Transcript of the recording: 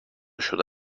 شده